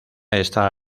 está